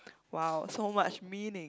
!wow! so much meaning